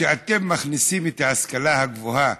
אתם מכניסים את ההשכלה הגבוהה